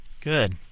Good